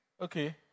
Okay